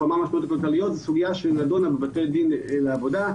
סוגיה שנדונה בבתי דין לעבודה.